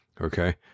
Okay